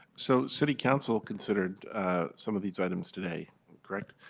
so city council considered some of the items today correct?